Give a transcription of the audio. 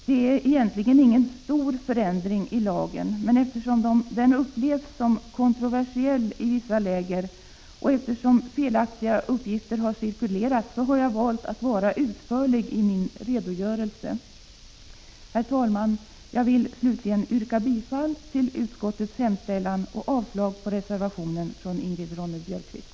Det är egentligen ingen stor förändring i lagen, men eftersom den i vissa läger upplevs som kontroversiell och eftersom felaktiga uppgifter har cirkulerat, har jag valt att vara utförlig i min redogörelse. Herr talman! Jag vill slutligen yrka bifall till utskottets hemställan och avslag på reservationen av Ingrid Ronne-Björkqvist.